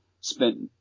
spent